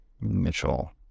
Mitchell